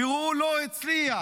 והוא לא הצליח.